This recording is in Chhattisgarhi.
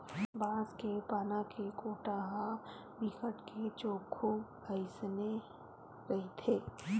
बांस के पाना के कोटा ह बिकट के चोक्खू अइसने रहिथे